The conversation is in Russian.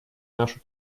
нашу